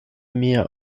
mia